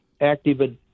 active